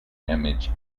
image